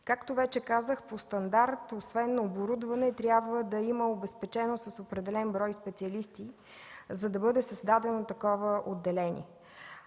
Както вече казах, по стандарт освен оборудване трябва да има обезпеченост с определен брой специалисти, за да бъде създадено отделението.